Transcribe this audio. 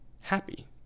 happy